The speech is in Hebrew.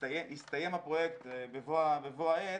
כשיסתיים הפרויקט בבוא העת,